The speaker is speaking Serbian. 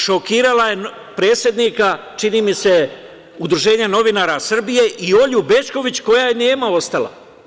Šokirala je predsednika, čini mi se, Udruženja novinara Srbije i Olju Bećković koja je nema ostala.